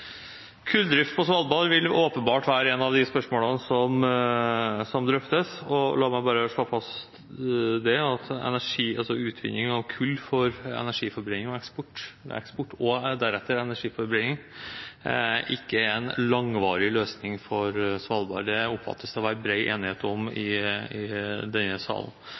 Kulldrift på Svalbard vil åpenbart være et av de spørsmålene som drøftes. Og la meg bare slå fast at utvinning av kull for eksport og deretter energiforbrenning ikke er en langvarig løsning for Svalbard. Det oppfattes det å være bred enighet om i denne salen.